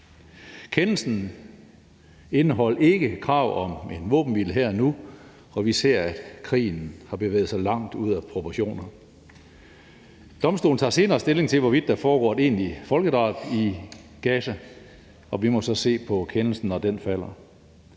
Kendelsen indeholdt ikke krav om en våbenhvile her og nu, og vi ser, at krigen har bevæget sig langt ud af proportioner. Domstolen tager senere stilling til, hvorvidt der foregår et egentligt folkedrab i Gaza, og vi må så se på kendelsen, når den falder.